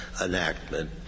enactment